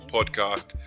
Podcast